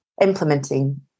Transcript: implementing